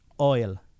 Oil